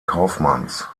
kaufmanns